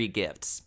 gifts